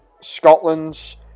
Scotland's